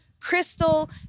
crystal